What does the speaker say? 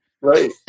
Right